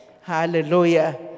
Hallelujah